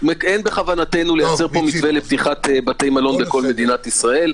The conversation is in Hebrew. אין בכוונתנו לייצר פה מתווה לפתיחת בתי מלון בכל מדינת ישראל.